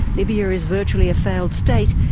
libya is virtually a failed state,